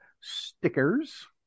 stickers